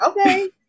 Okay